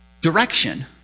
direction